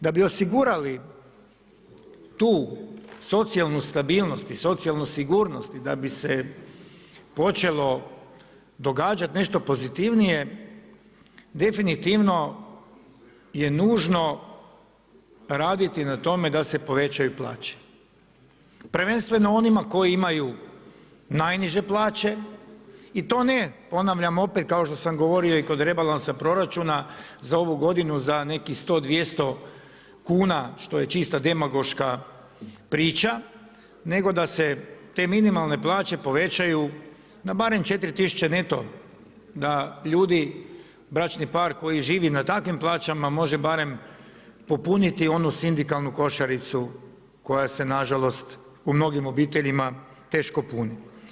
Da bi osigurali tu socijalnu stabilnost i socijalnu sigurnost i da bi se počelo događati nešto pozitivnije definitivno je nužno raditi na tome da se povećaju plaće prvenstveno onima koji imaju najniže plaće i to ne ponavljam opet kao što sam govorio i kod rebalansa proračuna za ovu godinu za nekih 100, 200 kuna što je čista demagoška priča, nego da se te minimalne plaće povećaju na barem 4000 neto da ljudi, bračni par koji živi na takvim plaćama može barem popuniti onu sindikalnu košaricu koja se na žalost u mnogim obiteljima teško puni.